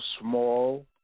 small